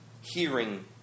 hearing